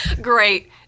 Great